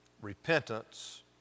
Repentance